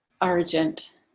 Argent